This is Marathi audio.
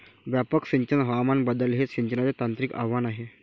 व्यापक सिंचन हवामान बदल हे सिंचनाचे तांत्रिक आव्हान आहे